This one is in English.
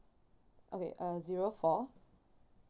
okay uh zero four